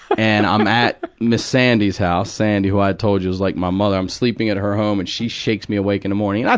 and i'm at miss sandy's house, sandy, who i told you was like my mother, i'm sleeping at her home and she shakes me awake in the morning.